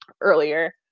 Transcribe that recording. earlier